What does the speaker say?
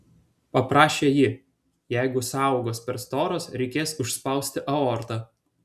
paprašė ji jeigu sąaugos per storos reikės užspausti aortą